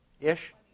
ish